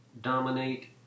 dominate